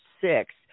six